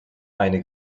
eine